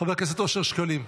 חבר הכנסת אושר שקלים,